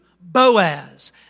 Boaz